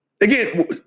Again